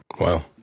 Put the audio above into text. Wow